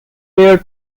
mayor